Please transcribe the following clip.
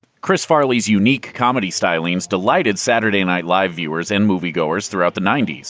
chris farley's unique comedy stylings delighted saturday night live viewers and moviegoers throughout the ninety s.